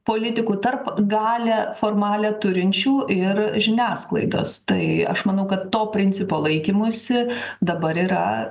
politikų tarp galią formalią turinčių ir žiniasklaidos tai aš manau kad to principo laikymosi dabar yra